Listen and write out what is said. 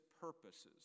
purposes